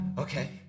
Okay